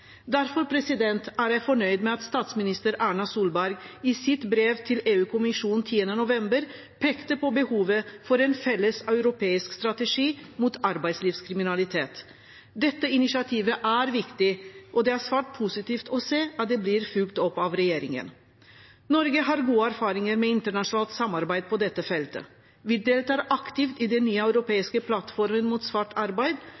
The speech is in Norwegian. Derfor er jeg fornøyd med at statsminister Erna Solberg i sitt brev til EU-kommisjonen 10. november pekte på behovet for en felles europeisk strategi mot arbeidslivskriminalitet. Dette initiativet er viktig, og det er svært positivt å se at det blir fulgt opp av regjeringen. Norge har gode erfaringer med internasjonalt samarbeid på dette feltet. Vi deltar aktivt i den nye europeiske plattformen mot svart arbeid,